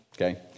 Okay